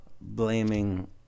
blaming